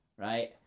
right